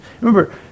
Remember